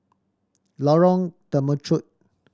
Lorong Temechut